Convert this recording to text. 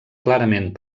clarament